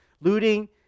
Looting